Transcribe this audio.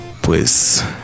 pues